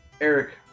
Eric